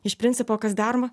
iš principo kas daroma